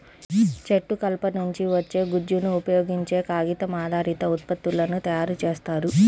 చెట్టు కలప నుంచి వచ్చే గుజ్జును ఉపయోగించే కాగితం ఆధారిత ఉత్పత్తులను తయారు చేస్తారు